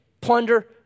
plunder